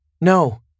No